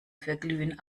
verglühen